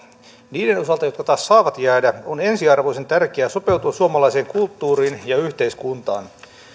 niiden osalta jotka taas saavat jäädä on ensiarvoisen tärkeää sopeutua suomalaiseen kulttuuriin ja yhteiskuntaan